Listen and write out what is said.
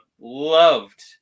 loved